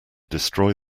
destroy